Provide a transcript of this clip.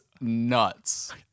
nuts